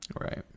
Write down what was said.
right